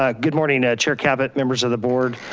ah good morning ah chair captu members of the board.